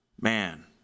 Man